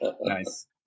nice